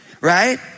right